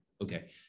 okay